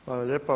Hvala lijepa.